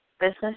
business